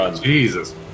Jesus